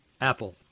Apple